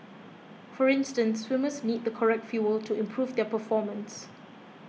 for instance swimmers need the correct fuel to improve their performance